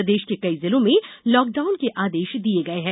प्रदेश के कई जिलों में लॉकडाउन के आदेश दिये गये हैं